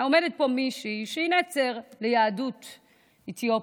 עומדת פה מישהי שהיא נצר ליהדות אתיופיה,